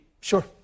Sure